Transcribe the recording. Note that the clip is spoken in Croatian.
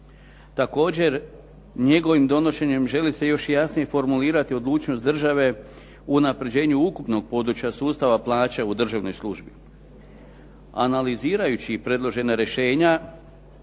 Također njegovim donošenjem želi se još i jasnije formulirati odlučnost države u unapređenju ukupnog područja sustava plaće u državnoj službi. Analizirajući predložena rješenja,